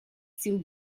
сил